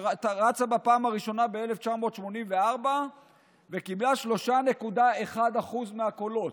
שרצה בפעם הראשונה ב-1984 וקיבלה 3.1% מהקולות,